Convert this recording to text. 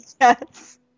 Yes